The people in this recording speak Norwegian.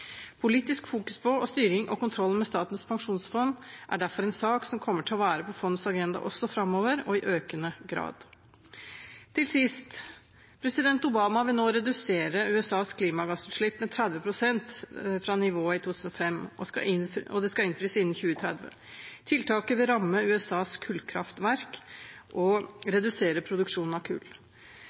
Politisk fokus på og styring og kontroll med Statens pensjonsfond er derfor en sak som kommer til å være på fondets agenda også framover, og i økende grad. Til sist: President Obama vil nå redusere USAs klimagassutslipp med 30 pst. fra nivået i 2005, og det skal innfris innen 2030. Tiltaket vil ramme USAs kullkraftverk og redusere produksjonen av kull.